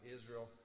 Israel